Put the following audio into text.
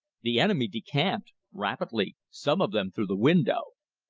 the enemy decamped rapidly some of them through the window.